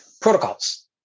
protocols